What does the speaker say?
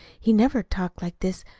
he never talked like this,